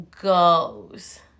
goes